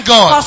God